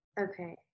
Okay